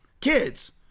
kids